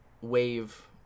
wave